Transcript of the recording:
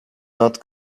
not